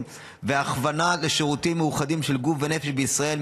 והכוונה לשירותים מאוחדים של גוף ונפש בישראל,